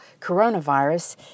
coronavirus